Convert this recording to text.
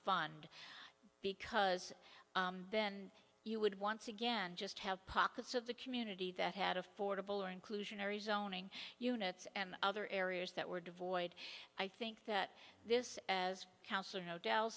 fund because then you would once again just have pockets of the community that had affordable inclusionary zoning units and other areas that were devoid i think that this as